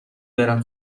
برم